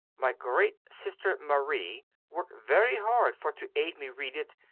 my great sister marie work very hard for to aid me read it,